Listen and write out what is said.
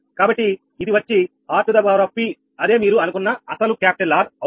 కాబట్టి ఇది వచ్చి 𝑅 అదే మీరు అనుకున్న అసలు R అవునా